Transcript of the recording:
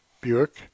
Buick